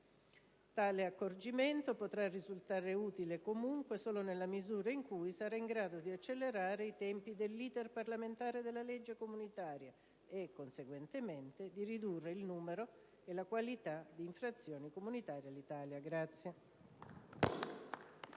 Tale accorgimento potrà risultare utile, comunque, solo nella misura in cui sarà in grado di accelerare i tempi dell'*iter* parlamentare della legge comunitaria e, conseguentemente, di ridurre il numero e la qualità delle infrazioni comunitarie dell'Italia.